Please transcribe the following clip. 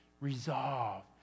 Resolve